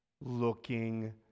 looking